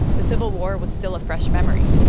the civil war was still a fresh memory,